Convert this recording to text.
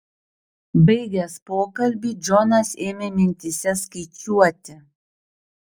baigęs pokalbį džonas ėmė mintyse skaičiuoti